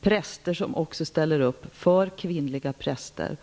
präster som också ställer upp för kvinnliga präster.